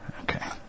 Okay